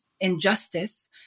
injustice